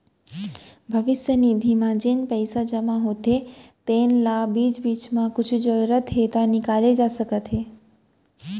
भविस्य निधि म जेन पइसा जमा होथे तेन ल बीच बीच म कुछु जरूरत हे त निकाले जा सकत हे